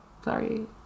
sorry